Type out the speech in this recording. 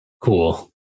Cool